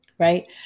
Right